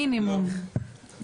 מינימום,